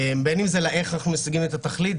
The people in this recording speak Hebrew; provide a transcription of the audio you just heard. בין אם זה לאיך אנחנו משיגים את התכלית,